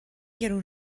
گرون